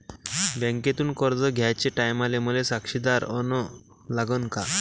बँकेतून कर्ज घ्याचे टायमाले मले साक्षीदार अन लागन का?